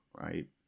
right